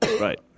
Right